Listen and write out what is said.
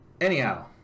Anyhow